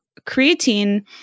creatine